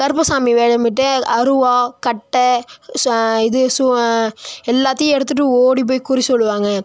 கருப்புசாமி வேடமிட்டு அருவா கட்டை இது எல்லாத்தையும் எடுத்துகிட்டு ஓடி போய் குறி சொல்லுவாங்க